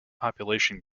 population